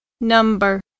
number